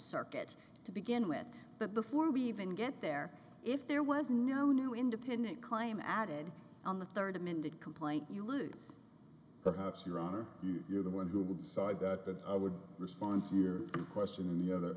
circuit to begin with but before we even get there if there was no new independent claim added on the third amended complaint you lose perhaps your honor you're the one who would decide that i would respond to your question and the other